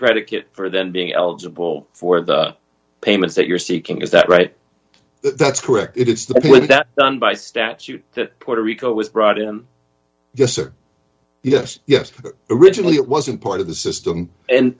predicate for them being eligible for the payments that you're seeking is that right that's correct it's the that done by statute that puerto rico was brought him yes or yes yes originally it wasn't part of the system and